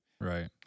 right